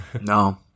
no